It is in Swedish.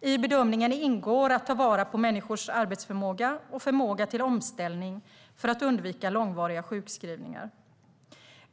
I bedömningen ingår att ta vara på människors arbetsförmåga och förmåga till omställning för att undvika långvariga sjukskrivningar.